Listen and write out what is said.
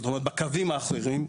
בקווים האחרים,